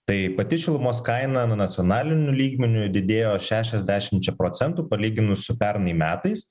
tai pati šilumos kaina nacionaliniu lygmeniu didėjo šešiasdešimčia procentų palyginus su pernai metais